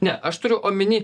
ne aš turiu omeny